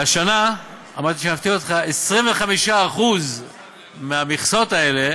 והשנה, אמרתי שאני אפתיע אותך, 25% מהמכסות האלה